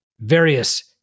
various